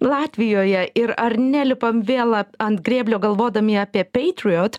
latvijoje ir ar nelipam vėl ant grėblio galvodami apie peitriot